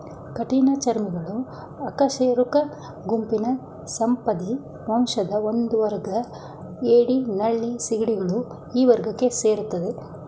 ಕಠಿಣಚರ್ಮಿಗಳು ಅಕಶೇರುಕ ಗುಂಪಿನ ಸಂಧಿಪದಿ ವಂಶದ ಒಂದುವರ್ಗ ಏಡಿ ನಳ್ಳಿ ಸೀಗಡಿಗಳು ಈ ವರ್ಗಕ್ಕೆ ಸೇರ್ತದೆ